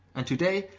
and today,